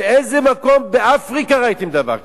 באיזה מקום באפריקה ראיתם דבר כזה?